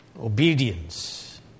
obedience